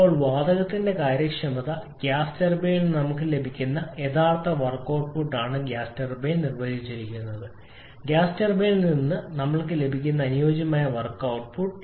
ഇപ്പോൾ വാതകത്തിന്റെ കാര്യക്ഷമത ഗ്യാസ് ടർബൈനിൽ നിന്ന് നമുക്ക് ലഭിക്കുന്ന യഥാർത്ഥ വർക്ക് ഔട്ട്പുട്ടാണ് ടർബൈൻ നിർവചിച്ചിരിക്കുന്നത് ഗ്യാസ് ടർബൈനിൽ നിന്ന് ഞങ്ങൾക്ക് ലഭിക്കുന്ന അനുയോജ്യമായ വർക്ക് ഔട്ട്പുട്ട്